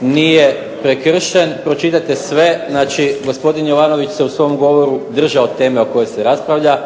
nije prekršen, pročitajte sve. Znači gospodin Jovanović se u svom govoru držao teme o kojoj se raspravlja,